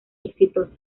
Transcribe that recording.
exitosa